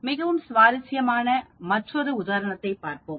மிகவும் சுவாரஸ்யமான மற்றொரு உதாரணத்தைப் பார்ப்போம்